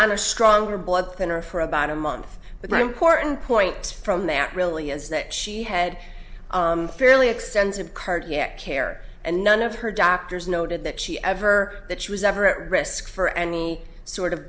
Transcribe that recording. the stronger blood thinner for about a month but the important points from that really is that she had fairly extensive cardiac care and none of her doctors noted that she ever that she was ever at risk for any sort of